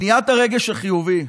בניית הרגש החיובי,